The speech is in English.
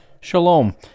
shalom